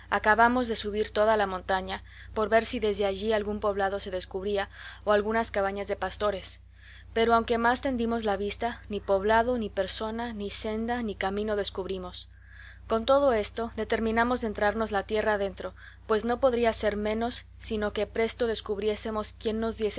acabamos de subir toda la montaña por ver si desde allí algún poblado se descubría o algunas cabañas de pastores pero aunque más tendimos la vista ni poblado ni persona ni senda ni camino descubrimos con todo esto determinamos de entrarnos la tierra adentro pues no podría ser menos sino que presto descubriésemos quien nos diese